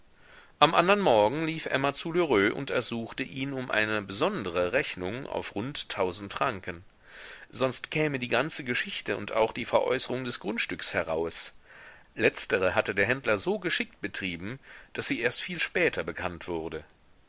am andern morgen lief emma zu lheureux und ersuchte ihn um eine besondre rechnung auf rund tausend franken sonst käme die ganze geschichte und auch die veräußerung des grundstücks heraus letztere hatte der händler so geschickt betrieben daß sie erst viel später bekannt wurde